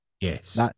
Yes